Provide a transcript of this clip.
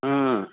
आम्